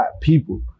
people